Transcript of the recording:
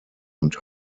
und